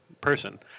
person